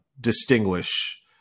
distinguish